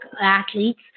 athletes